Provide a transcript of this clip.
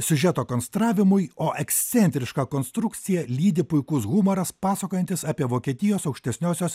siužeto konstravimui o ekscentrišką konstrukciją lydi puikus humoras pasakojantis apie vokietijos aukštesniosios